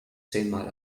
zehnmal